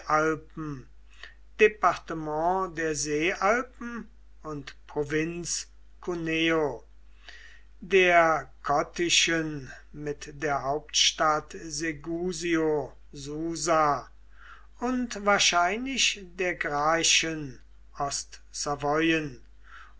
der seealpen und provinz cuneo der kottischen mit der hauptstadt segusio susa und wahrscheinlich der